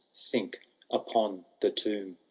think upon the tomb!